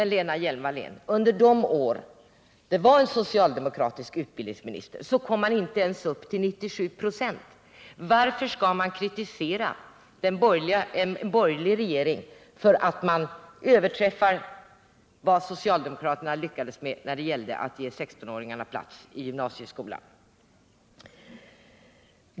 Men, Lena Hjelm-Wallén, under de år vi hade socialdemokratiska utbildningsministrar kom man inte ens upp till 97 26. Varför skall ni då kritisera en borgerlig regering som överträffar vad socialdemokraterna lyckades med när det gäller att ge 16 åringarna plats i gymnasieskolan?